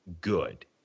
good